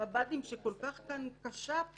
המב"דים שכל כך קשה פה.